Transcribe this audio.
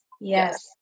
Yes